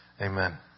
Amen